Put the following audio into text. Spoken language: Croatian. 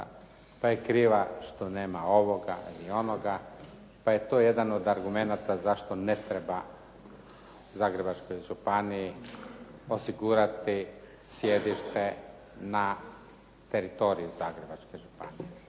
pa je kriva što nema ovoga ili onoga, pa je to jedan od argumenata zašto ne treba Zagrebačkoj županiji osigurati sjedište na teritoriju Zagrebačke županije.